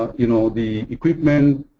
ah you know, the equipment,